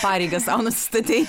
pareiga sau nusistatei